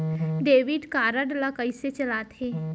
Debit card ला कइसे चलाते?